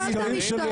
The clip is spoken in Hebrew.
תשאל את המשטרה.